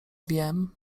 wiem